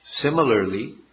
Similarly